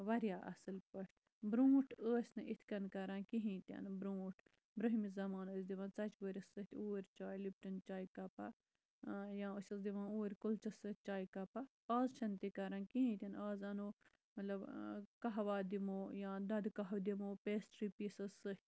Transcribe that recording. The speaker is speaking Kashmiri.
واریاہ اَصٕل پٲٹھۍ برونٹھ ٲسۍ نہٕ یِتھ کَنۍ کران کِہیٖنۍ تہِ نہٕ بروہمہِ زَمانہٕ ٲسۍ دوان ژۄچوٲرِس سۭتۍ اوٗر لپٹَن چاے کَپا یا ٲسِس دِوان اوٗرۍ کُلچَس سۭتۍ چایہِ کَپا آز چھےٚ نہٕ تہِ کران کِہیٖنۍ تہِ نہٕ آز اَنو مطلب کَہوا دِمو یا دۄدٕ کَہوٕ دِمَو پیسٹری پیٖسَس سۭتۍ